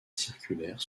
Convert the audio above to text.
circulaire